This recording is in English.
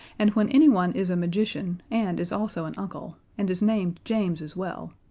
and when anyone is a magician, and is also an uncle and is named james as well,